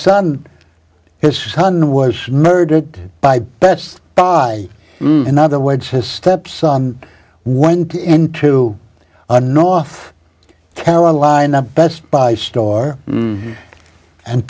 son his son was murdered by best buy in other words his stepson went into a north carolina best buy store and